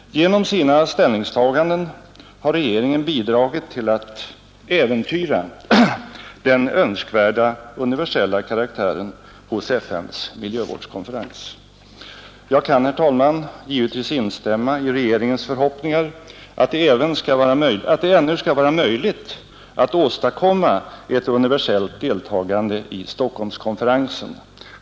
Genom sina ställningstaganden har regeringen bidragit till att äventyra den önskvärda universella karaktären hos FN:s miljövårdskonferens. Jag kan, herr talman, givetvis instämma i regeringens förhoppningar att det ännu skall vara möjligt att åstadkomma ett universellt deltagande i Stockholmskonferensen.